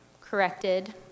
corrected